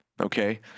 okay